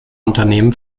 unternehmen